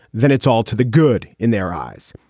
then it's all to the good in their eyes.